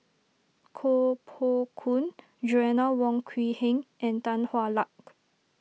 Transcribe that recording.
Koh Poh Koon Joanna Wong Quee Heng and Tan Hwa Luck